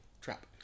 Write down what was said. trap